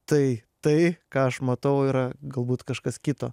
tai tai ką aš matau yra galbūt kažkas kito